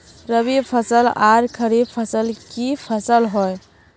रवि फसल आर खरीफ फसल की फसल होय?